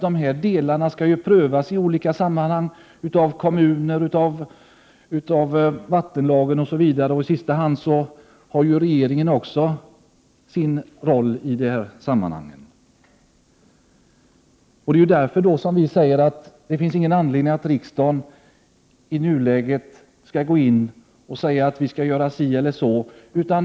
De här delarna skall ju prövas i olika sammanhang i kommuner, enligt vattenlagen osv. Och i sista hand har också regeringen sin roll i dessa sammanhang. Det är därför som vi säger att det inte finns någon anledning för riksdagen att i nuläget gå in och säga att vi skall göra si eller så.